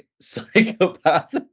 psychopath